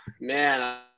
Man